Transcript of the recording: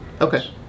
Okay